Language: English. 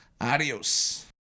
Adios